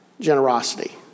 Generosity